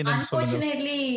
Unfortunately